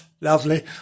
lovely